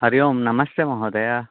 हरि ओम् नमस्ते महोदय